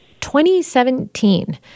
2017